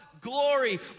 glory